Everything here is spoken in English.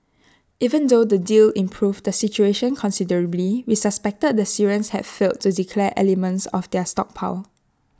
even though the deal improved the situation considerably we suspected the Syrians had failed to declare elements of their stockpile